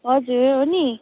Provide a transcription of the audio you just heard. हजुर हो नि